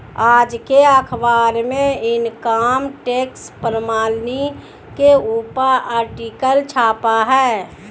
आज के अखबार में इनकम टैक्स प्रणाली के ऊपर आर्टिकल छपा है